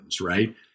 right